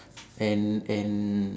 and and